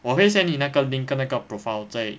我会 send 你那个 link 跟那个 profile 在